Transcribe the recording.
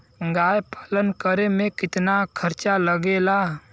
गाय पालन करे में कितना खर्चा लगेला?